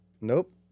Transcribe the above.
Nope